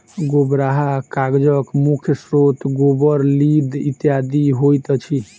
गोबराहा कागजक मुख्य स्रोत गोबर, लीद इत्यादि होइत अछि